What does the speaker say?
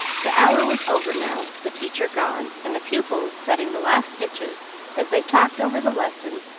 the hour was over now, the teacher gone, and the pupils setting the last stitches as they talked over the lesson,